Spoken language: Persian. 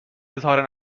اظهار